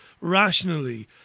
rationally